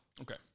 Okay